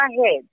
ahead